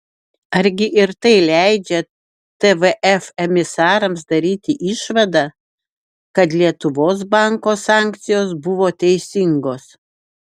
argi ir tai leidžia tvf emisarams daryti išvadą kad lietuvos banko sankcijos buvo teisingos